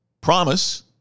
promise